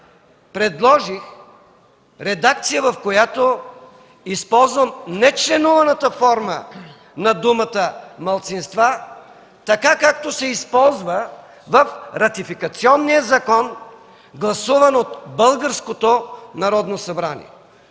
предложих редакция, в която използвам нечленуваната форма на думата „малцинства”, така както се използва в ратификационния закон, гласуван от българското Народно събрание.